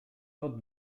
сот